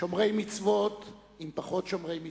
שומרי מצוות עם פחות שומרי מצוות,